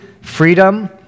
freedom